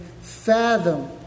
fathom